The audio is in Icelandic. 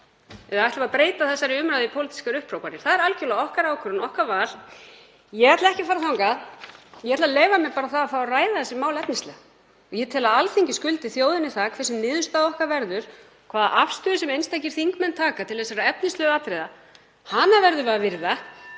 eða ætlum við að breyta þessari umræðu í pólitískar upphrópanir? Það er algerlega okkar ákvörðun, okkar val. Ég ætla ekki að fara þangað, ég ætla bara að leyfa mér að fá að ræða þessi mál efnislega. Ég tel að Alþingi skuldi þjóðinni það, hver sem niðurstaða okkar verður, hvaða afstöðu sem einstakir þingmenn taka til þessara efnislegu atriða, að hana verðum við að virða.